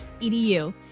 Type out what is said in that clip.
edu